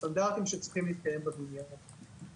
סטנדרטים שצריכים להתקיים בבניינים ועוד.